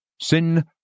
sin